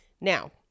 Now